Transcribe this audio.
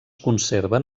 conserven